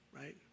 right